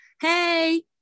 hey